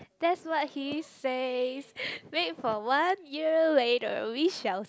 that's what he says wait for one year later we shall